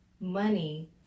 money